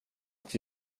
att